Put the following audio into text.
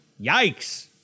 Yikes